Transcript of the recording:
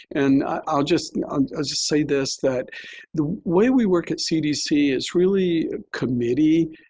and i'll just and just say this, that the way we work at cdc is really a committee.